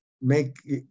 make